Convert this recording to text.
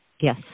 Yes